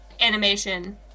animation